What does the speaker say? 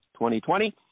2020